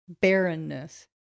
Barrenness